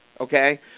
okay